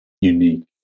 unique